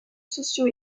socio